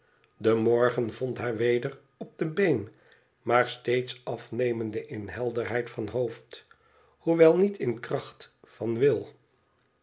de morgen vond haar weder op de been maar steeds afnemende in helderheid van hoofd hoewel niet in kracht van wil